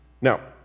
Now